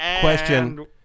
Question